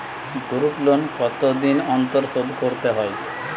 Group loan কতদিন অন্তর শোধকরতে হয়?